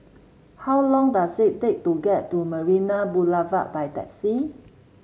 how long does it take to get to Marina Boulevard by taxi